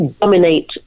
dominate